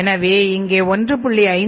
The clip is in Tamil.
எனவே இங்கே 1